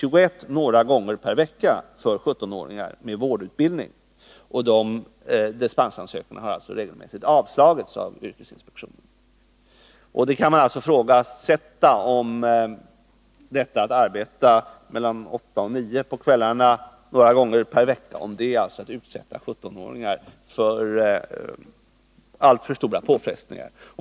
21.00 några gånger per vecka för 17-åringar med vårdutbildning. Dessa dispensansökningar har alltså regelmässigt avslagits av yrkesinspektionen. Det kan ifrågasättas om detta att arbeta mellan 20.00 och 21.00 på kvällarna några gånger per vecka är att utsätta 17-åringar för alltför stora påfrestningar.